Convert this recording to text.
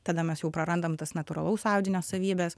tada mes jau prarandam tas natūralaus audinio savybes